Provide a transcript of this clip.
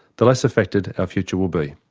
the less affected our future will be.